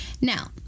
Now